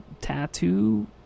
tattoo